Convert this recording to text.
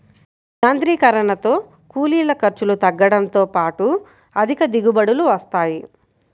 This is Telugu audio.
యాంత్రీకరణతో కూలీల ఖర్చులు తగ్గడంతో పాటు అధిక దిగుబడులు వస్తాయి